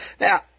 Now